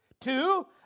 Two